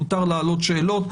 מותר להעלות שאלות,